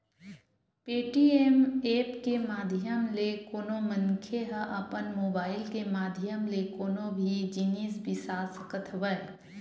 Paytm app के माधियम ले कोनो मनखे ह अपन मुबाइल के माधियम ले कोनो भी जिनिस बिसा सकत हवय